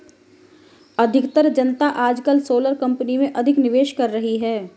अधिकतर जनता आजकल सोलर कंपनी में अधिक निवेश कर रही है